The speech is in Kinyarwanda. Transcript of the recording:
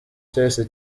cyahise